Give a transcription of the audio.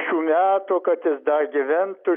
šių metų kad jis dar gyventų